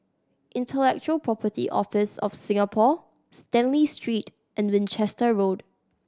Intellectual Property Office of Singapore Stanley Street and Winchester Road